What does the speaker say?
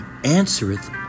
answereth